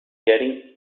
getting